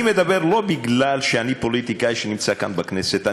אני מדבר לא כי אני פוליטיקאי שנמצא כאן בכנסת,